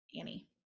Annie